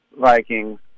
Vikings